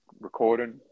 recording